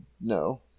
No